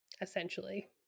essentially